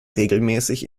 regelmäßig